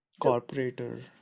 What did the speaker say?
corporator